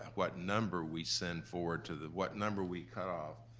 what number we send forward to the, what number we cut off?